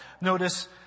notice